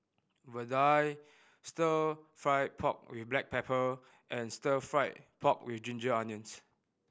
vadai Stir Fry pork with black pepper and Stir Fried Pork With Ginger Onions